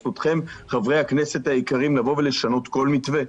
זכותכם, חברי הכנסת היקרים, לשנות כל מתווה.